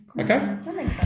okay